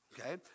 Okay